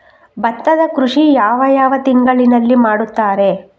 ಭತ್ತದ ಕೃಷಿ ಯಾವ ಯಾವ ತಿಂಗಳಿನಲ್ಲಿ ಮಾಡುತ್ತಾರೆ?